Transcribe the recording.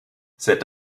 cet